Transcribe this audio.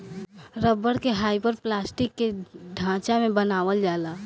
rubber के hyperelastic के ढांचा में बनावल जाला